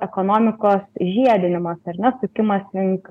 ekonomikos žiedinimas ar ne sukimas link